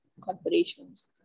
corporations